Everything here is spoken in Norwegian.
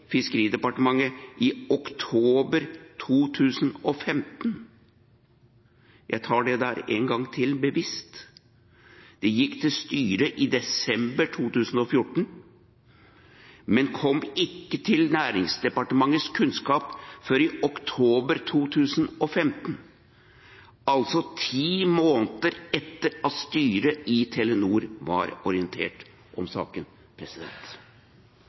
fiskeridepartementet i oktober 2015. Jeg gjentar dette en gang til, helt bevisst: Det gikk til styret i desember 2014, men kom ikke til Nærings- og fiskeridepartementets kjennskap før i oktober 2015 – altså ti måneder etter at styret i Telenor var orientert om saken,